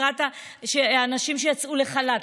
לקראת האנשים שיצאו לחל"ת,